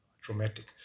traumatic